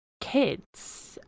kids